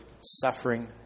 suffering